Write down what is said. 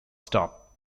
stop